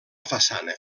façana